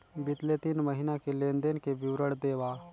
बितले तीन महीना के लेन देन के विवरण देवा?